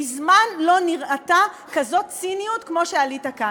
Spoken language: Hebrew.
מזמן לא נראתה ציניות כמו זו כשעלית כאן.